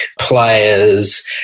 players